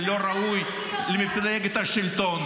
זה לא ראוי למפלגת השלטון.